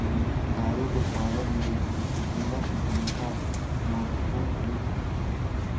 दारूक उत्पादन मे गुड़क भूमिका महत्वपूर्ण होइत अछि